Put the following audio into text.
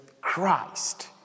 Christ